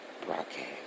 broadcast